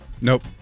Nope